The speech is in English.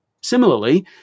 Similarly